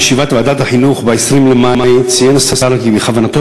בישיבת ועדת החינוך ב-20 במאי ציין השר כי בכוונתו